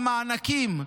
על מענקים,